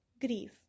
Grief